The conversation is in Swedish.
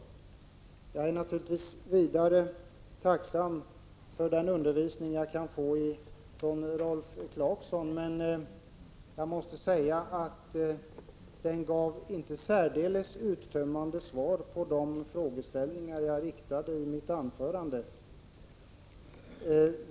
Vidare är jag naturligtvis tacksam för den undervisning jag kan få från Rolf Clarkson, men jag måste säga att den inte gav särdeles uttömmande svar på de frågor jag ställde i mitt anförande.